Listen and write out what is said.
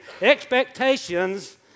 expectations